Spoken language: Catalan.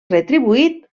retribuït